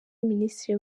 minisitiri